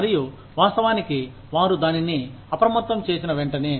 మరియు వాస్తవానికి వారు దానిని అప్రమత్తం చేసిన వెంటనే